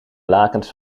lakens